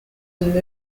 and